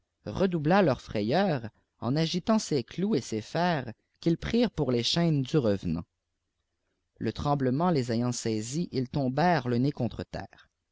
ioubla leur frayeur en agitant ses clous et ses fers qu'ils prirent pour les chaînes du revenant le tremblement les ayant saisis ils tombèrent le nez contre terre